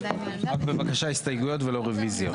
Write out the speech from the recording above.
רק בבקשה הסתייגויות ולא רוויזיות.